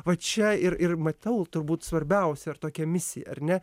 va čia ir ir matau turbūt svarbiausia ar tokia misija ar ne